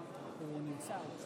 אינה נוכחת עידית